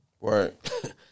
Right